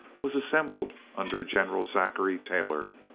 was assembled under general zachary taylor,